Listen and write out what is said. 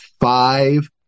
five